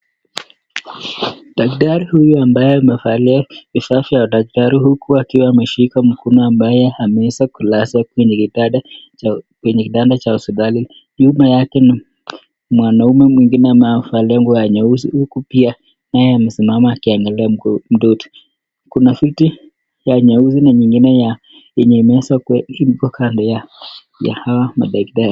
Dakitari huyu ambaye amevalia vifaa vya dakitari huku akiwa ameshika mkono ambaye ameweza kulaza kwenye kitanda cha hosipitali. Nyuma yake ni mwanaume mwingine amevalia lebo ya nyeusi, huku pia naye amesimama akiangalia mtoto. Kuna viti ya nyeusi na nyengine ya yenye imeweza kuwa iko kando ya hawa madaktari.